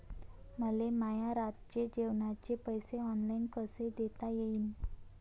मले माया रातचे जेवाचे पैसे ऑनलाईन कसे देता येईन?